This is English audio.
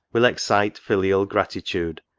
will excite filial gratitude,